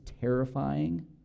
terrifying